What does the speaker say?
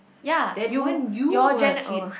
ya you your gene~ oh